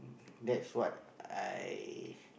that's what I